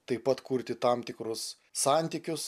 taip pat kurti tam tikrus santykius